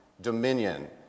dominion